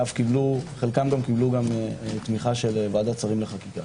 וחלקם קיבלו תמיכת ועדת שרים לחקיקה.